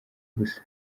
gusa